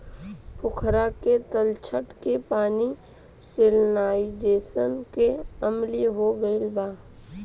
पोखरा के तलछट के पानी सैलिनाइज़ेशन से अम्लीय हो गईल बा